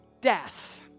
death